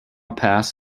pass